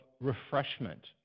refreshment